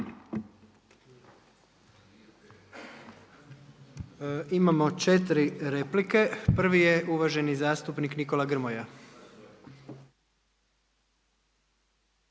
Imamo četiri replike. Prvi je uvaženi zastupnik Nikola Grmoja.